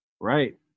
Right